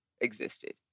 existed